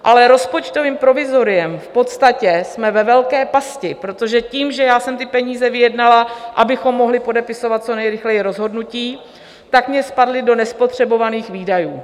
Ale rozpočtovým provizoriem v podstatě jsme ve velké pasti, protože tím, že já jsem ty peníze vyjednala, abychom mohli podepisovat co nejrychleji rozhodnutí, tak mi spadly do nespotřebovaných výdajů.